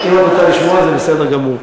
אם את רוצה לשמוע זה בסדר גמור.